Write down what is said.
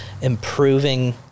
improving